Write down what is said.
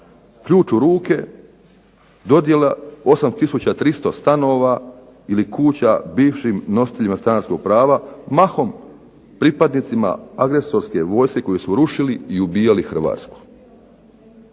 ključ u ruke, dodjela 8 tisuća 300 stanova ili kuća bivšim nositeljima stanarskog prava mahom pripadnicima agresorske vojske koji su rušili i ubijali Hrvatsku.